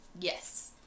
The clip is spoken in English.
yes